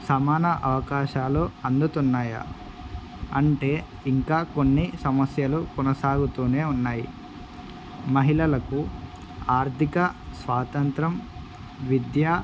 సమాన అవకాశాలు అందుతున్నాయా అంటే ఇంకా కొన్ని సమస్యలు కొనసాగుతూనే ఉన్నాయి మహిళలకు ఆర్థిక స్వాతంత్రం విద్య